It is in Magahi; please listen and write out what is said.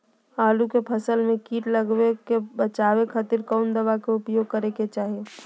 आलू के फसल में कीट लगने से बचावे खातिर कौन दवाई के उपयोग करे के चाही?